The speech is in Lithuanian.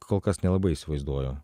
kol kas nelabai įsivaizduoju